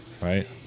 Right